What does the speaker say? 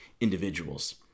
individuals